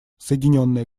соединенное